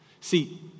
See